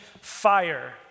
fire